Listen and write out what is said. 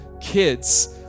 kids